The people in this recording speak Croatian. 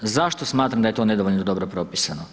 Zašto smatram da je to nedovoljno dobro propisano?